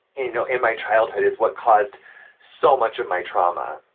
you know, in my childhood is what caused so much of my trauma.